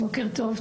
בוקר טוב,